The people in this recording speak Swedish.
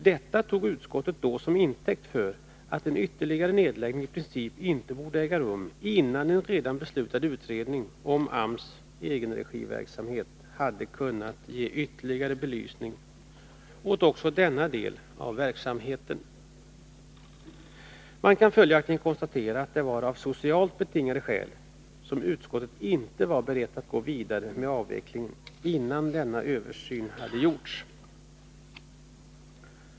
Detta tog utskottet då som intäkt för att en ytterligare nedläggning i princip inte borde äga rum, innan en redan beslutad utredning om AMS egenregiverksamhet hade kunnat ge ytterligare belysning åt också denna del av verksamheten. Man kan följaktligen konstatera att det var av socialt betingade skäl som utskottet inte var berett att gå vidare med avvecklingen, innan denna översyn hade gjorts.